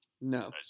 No